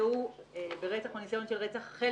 שיורשעו ברצח או בניסיון לרצח החל